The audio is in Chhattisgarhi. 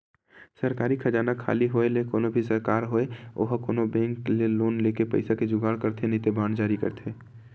सरकारी खजाना खाली होय ले कोनो भी सरकार होय ओहा कोनो बेंक ले लोन लेके पइसा के जुगाड़ करथे नइते बांड जारी करथे